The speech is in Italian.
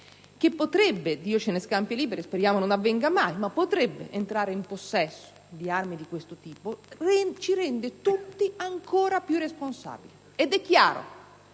che potrebbe - Dio ce ne scampi e liberi: speriamo non avvenga mai! - entrare in possesso di armi di questo tipo ci rende tutti ancora più responsabili. È chiaro